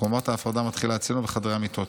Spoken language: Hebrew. חומת ההפרדה מתחילה אצלנו בחדרי המיטות.